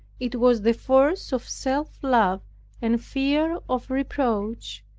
it was the force of self-love, and fear of reproach,